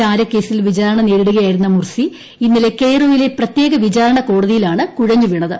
ചാരക്കേസിൽ വിചാരണ നേരിടുകയായിരുന്ന മുർസി ഇന്നലെ കെയ്റോയിലെ പ്രത്യേക വിചാരണ കോടതിയിലാണ് കുഴഞ്ഞുവീണത്